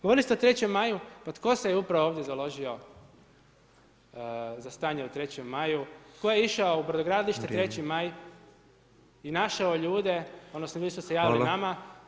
Govorili ste o 3. maju, pa tko se je ovdje upravo založio za stanje u 3. maju, tko je išao u brodogradilište 3. maj i našao ljude odnosno ljudi su se javili nama